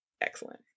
excellent